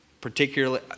particularly